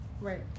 right